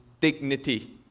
dignity